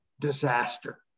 Disaster